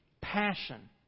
Passion